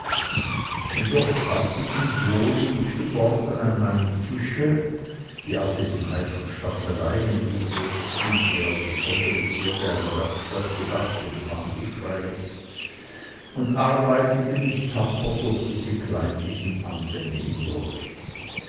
doch fand ich mich wohl und geborgen an meinem tische die abwesenheit von staffeleien die ich mir als besondere zierde einer werkstatt gedacht empfand ich freilich und arbeitete mich tapfer durch diese kleinlichen anfänge hindurch